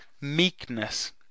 Meekness